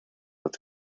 that